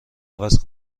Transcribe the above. عوض